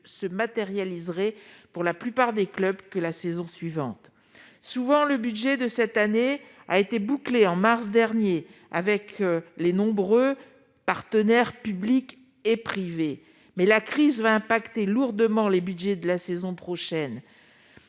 se matérialiserait que lors de la saison suivante. Souvent, le budget de cette année a été bouclé au mois de mars dernier avec les nombreux partenaires publics et privés, mais la crise frappera durement les budgets de la saison prochaine.